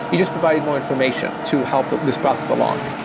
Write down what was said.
you just provided more information to help this process along.